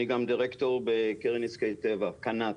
אני גם דירקטור בקרן נזקי טבע - קנ"ט.